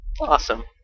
Awesome